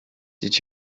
did